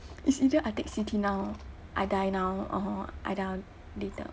it's either I take C_T now I die now or I die on later